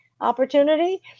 opportunity